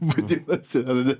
vadinasi ar ne